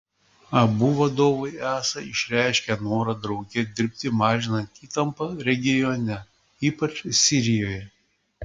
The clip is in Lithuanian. abu vadovai esą išreiškė norą drauge dirbti mažinant įtampą regione ypač sirijoje